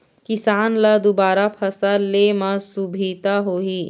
किसान ल दुबारा फसल ले म सुभिता होही